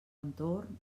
entorn